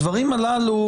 הדברים הללו,